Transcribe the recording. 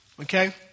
Okay